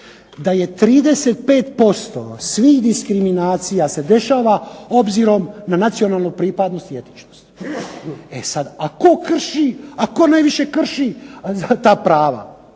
da je 35% svih diskriminacija se dešava obzirom na nacionalnu pripadnost i etičnost. E sad, a tko krši, a tko najviše krši ta prava.